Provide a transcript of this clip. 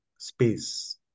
space